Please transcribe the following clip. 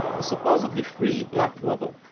the supposedly free black brother,